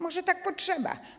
Może tak trzeba.